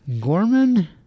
Gorman